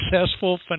successful